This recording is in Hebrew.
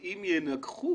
אם ינגחו